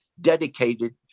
dedicated